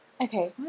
Okay